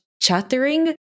chattering